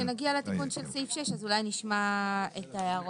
כשנגיע לתיקון סעיף 6, נשמע את ההערות.